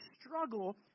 struggle